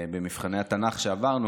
במבחני התנ"ך שעברנו,